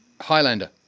Highlander